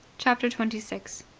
chapter twenty six.